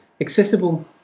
accessible